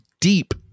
deep